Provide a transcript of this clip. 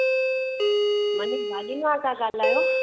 मनीष भाॼियुनि वारा था ॻाल्हायो